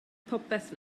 popeth